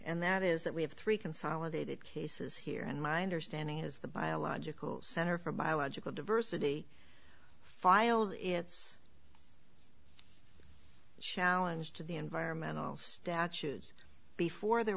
and that is that we have three consolidated cases here and minder standing is the biological center for biological diversity filed its shalen is to the environmental statues before there